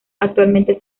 actualmente